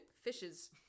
Fishes